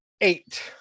Eight